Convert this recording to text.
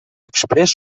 exprés